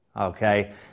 Okay